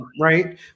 right